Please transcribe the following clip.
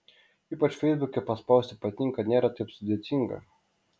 ypač feisbuke paspausti patinka nėra taip sudėtinga